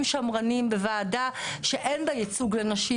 שמרניים בוועדה שאין בה ייצוג של נשים,